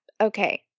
okay